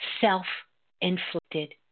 self-inflicted